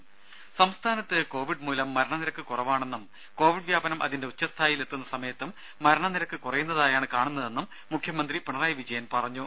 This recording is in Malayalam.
ദേദ സംസ്ഥാനത്ത് കോവിഡ് മൂലം മരണനിരക്ക് കുറവാണെന്നും കോവിഡ് വ്യാപനം അതിന്റെ ഉച്ചസ്ഥായിയിലെത്തുന്ന സമയത്തും മരണ നിരക്ക് കുറയുന്നതായാണ് കാണുന്നതെന്നും മുഖ്യമന്ത്രി പിണറായി വിജയൻ പറഞ്ഞു